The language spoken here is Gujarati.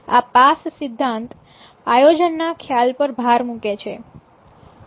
આ પાસ સિદ્ધાંત આયોજન ના ખ્યાલ પર ભાર મૂકે છે